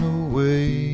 away